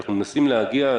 כשאנחנו מנסים להגיע.